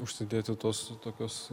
užsidėti tuos tokius